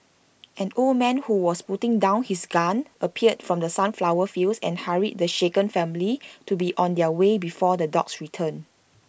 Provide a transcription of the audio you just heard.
an old man who was putting down his gun appeared from the sunflower fields and hurried the shaken family to be on their way before the dogs return